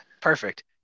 Perfect